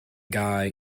guy